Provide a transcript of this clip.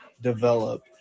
develop